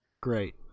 Great